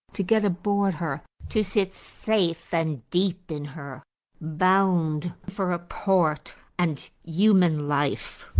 to get aboard her, to sit safe and deep in her bound for a port and human life.